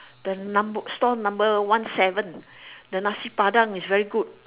the number store number one seven the nasi-padang is very good